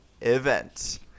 event